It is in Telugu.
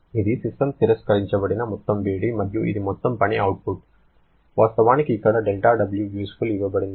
ఇది సిస్టమ్ తిరస్కరించిన మొత్తం వేడి మరియు ఇది మొత్తం పని అవుట్పుట్ వాస్తవానికి ఇక్కడ δWuseful ఇవ్వబడింది